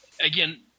Again